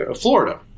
Florida